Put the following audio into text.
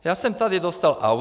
Já jsem tady dostal audit.